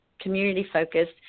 community-focused